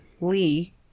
lee